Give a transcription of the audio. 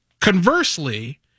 Conversely